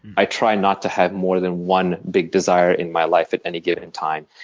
i try not to have more than one big desire in my life at any given time.